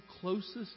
closest